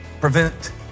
prevent